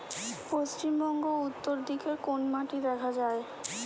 পশ্চিমবঙ্গ উত্তর দিকে কোন মাটি দেখা যায়?